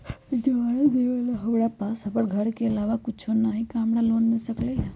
जमानत देवेला हमरा पास हमर घर के अलावा कुछो न ही का हमरा लोन मिल सकई ह?